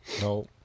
No